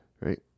Right